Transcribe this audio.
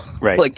Right